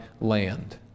land